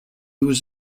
was